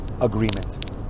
agreement